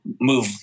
move